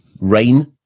Rain